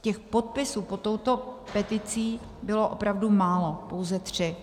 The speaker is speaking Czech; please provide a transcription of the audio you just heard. Těch podpisů pod touto peticí bylo opravdu málo, pouze tři.